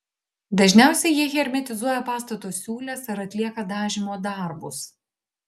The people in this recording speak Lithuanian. dažniausiai jie hermetizuoja pastato siūles ar atlieka dažymo darbus